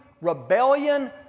rebellion